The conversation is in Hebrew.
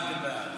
הצביעו כולם.